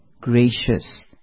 gracious